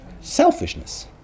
Selfishness